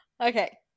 okay